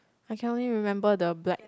I can only remember the black